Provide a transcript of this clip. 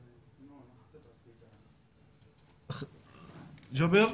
אנחנו שומעים ורואים אותך, בבקשה.